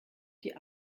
die